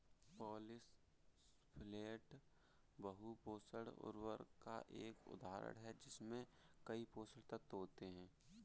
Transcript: polysulphate बहु पोषक उर्वरक का एक उदाहरण है जिसमें कई पोषक तत्व होते हैं